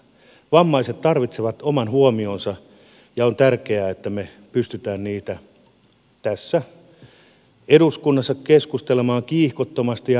vammaiset tarvitsevat oman huomionsa ja on tärkeää että me pystymme niistä eduskunnassa keskustelemaan kiihkottomasti ja rakentavasti